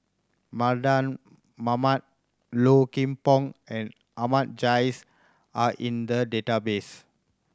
Mardan Mamat Low Kim Pong and Ahmad Jais are in the database